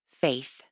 faith